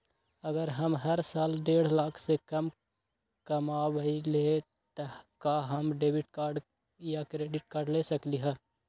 अगर हम हर साल डेढ़ लाख से कम कमावईले त का हम डेबिट कार्ड या क्रेडिट कार्ड ले सकली ह?